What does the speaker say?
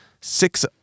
six